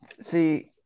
See